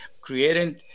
creating